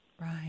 Right